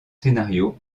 scénarios